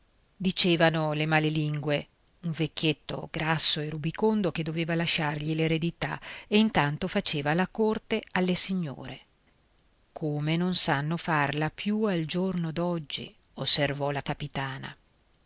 dicevano le male lingue un vecchietto grasso e rubicondo che doveva lasciargli l'eredità e intanto faceva la corte alle signore come non sanno farla più al giorno d'oggi osservò la capitana